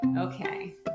Okay